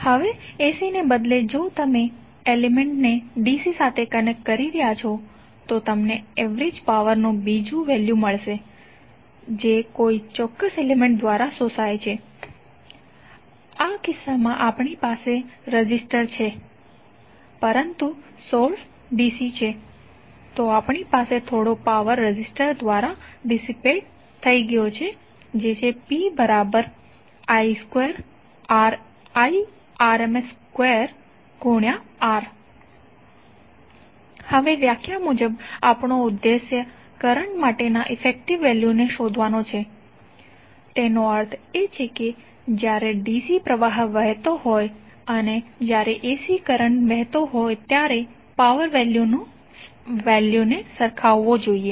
હવે ACને બદલે જો તમે તે એલિમેન્ટ્ ને DC સાથે કનેક્ટ કરી રહ્યાં છો તો તમને એવરેજ પાવર નું બીજું વેલ્યુ મળશે જે કોઈ ચોક્કસ એલિમેન્ટ્ દ્વારા શોષાય છે આ કિસ્સામાં આપણી પાસે રેઝિસ્ટર છે પરંતુ સોર્સ DC છે તો આપણી પાસે થોડો પાવર રેઝિસ્ટર દ્વારા ડિસિપેટ થઇ ગયો હશે PIrms2R હવે વ્યાખ્યા મુજબ આપણો ઉદ્દેશ કરંટ માટેના ઇફેકટીવ વેલ્યુને શોધવાનો છે તેનો અર્થ એ છે કે જ્યારે DC પ્રવાહ વહેતો હોય અને જ્યારે AC કરંટ વહેતો હોય ત્યારે પાવર વેલ્યુને સરખાવવો જોઈએ